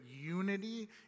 unity